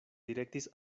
direktis